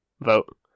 vote